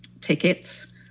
tickets